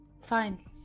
Fine